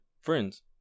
friends